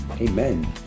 amen